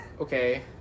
Okay